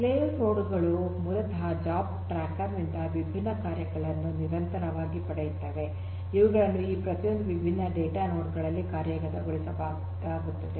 slave node ಗಳು ಮೂಲತಃ job tracker ನಿಂದ ವಿಭಿನ್ನ ಕಾರ್ಯಗಳನ್ನು ನಿರಂತರವಾಗಿ ಪಡೆಯುತ್ತವೆ ಇವುಗಳನ್ನು ಈ ಪ್ರತಿಯೊಂದು ವಿಭಿನ್ನ ಡೇಟಾ ನೋಡ್ ಗಳಲ್ಲಿ ಕಾರ್ಯಗತಗೊಳಿಸಬೇಕಾಗುತ್ತದೆ